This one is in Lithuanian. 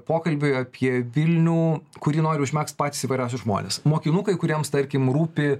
pokalbiui apie vilnių kurį nori užmegzt patys įvairiausi žmonės mokinukai kuriems tarkim rūpi